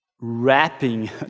wrapping